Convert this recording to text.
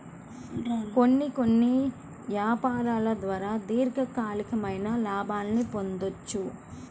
కొన్ని కొన్ని యాపారాల ద్వారా దీర్ఘకాలికమైన లాభాల్ని పొందొచ్చు